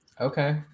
Okay